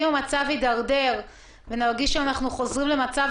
אם המצב ידרדר ונרגיש שאנחנו חוזרים למצב